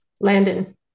Landon